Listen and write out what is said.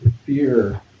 fear